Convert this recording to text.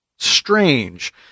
Strange